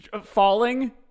Falling